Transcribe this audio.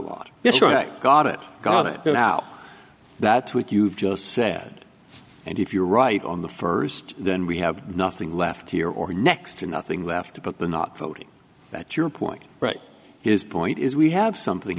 lot got it got it going out that's what you've just said and if you're right on the first then we have nothing left here or next to nothing left but the not voting that's your point right his point is we have something